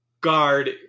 guard